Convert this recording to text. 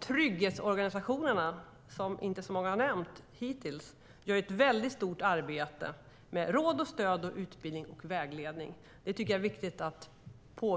Trygghetsorganisationerna, som inte så många här hittills har nämnt, gör ett väldigt stort arbete med råd, stöd, utbildning och vägledning. Det tycker jag är viktigt att